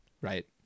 Right